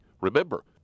Remember